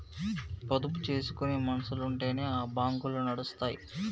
పొదుపు జేసుకునే మనుసులుంటెనే గా బాంకులు నడుస్తయ్